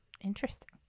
Interesting